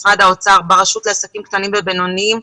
עם משרד האוצר ברשות לעסקים קטנים ובינוניים.